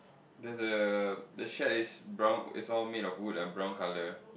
there's a the shade is brown it's all made from wood and brown colour